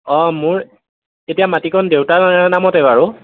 অঁ মোৰ এতিয়া মাটিকণ দেউতাৰ নামতে বাৰু